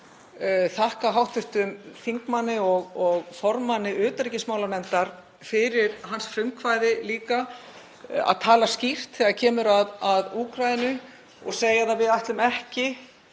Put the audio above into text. þakka hv. þingmanni og formanni utanríkismálanefndar fyrir hans frumkvæði líka, að tala skýrt þegar kemur að Úkraínu og segja að við ætlum ekki